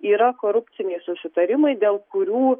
yra korupciniai susitarimai dėl kurių